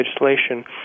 legislation